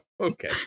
okay